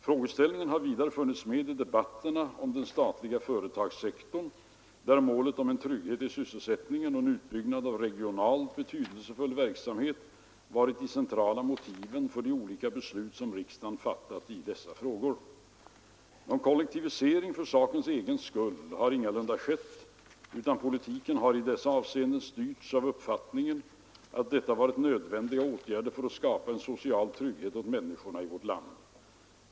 Frågeställningen har vidare funnits med i debatterna om den statliga företagssektorn, där målen om en trygghet i sysselsättningen och en utbyggnad av regionalt betydelsefull verksamhet varit de centrala motiven för de olika beslut som riksdagen fattat i dessa frågor. Någon kollektivisering för sakens egen skull har ingalunda skett utan politiken har i dessa avseenden styrts av uppfattningen att detta varit nödvändiga åtgärder för att skapa en social trygghet åt människorna i vårt land.